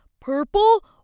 purple